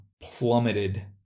plummeted